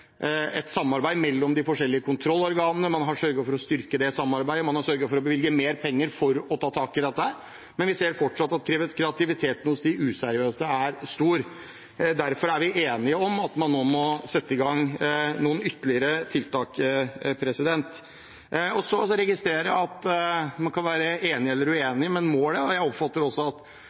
et samarbeid mellom de forskjellige kontrollorganene, man har sørget for å styrke det samarbeidet, og man har sørget for å bevilge mer penger for å ta tak i dette. Men vi ser fortsatt at kreativiteten hos de useriøse er stor, og derfor er vi enige om at man nå må sette i gang noen ytterligere tiltak. Så registrerer jeg at man kan være enige eller uenige. Men målet oppfattet jeg at også foregående taler, representanten Orten, var veldig tydelig på: at